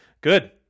Good